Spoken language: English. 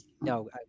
no